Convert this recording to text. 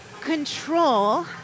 control